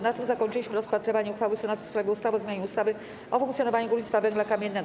Na tym zakończyliśmy rozpatrywanie uchwały Senatu w sprawie ustawy o zmianie ustawy o funkcjonowaniu górnictwa węgla kamiennego.